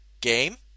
Game